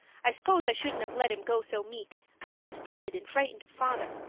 i s'pose i shouldn't have let him go so meek but i was timid and frightened of father.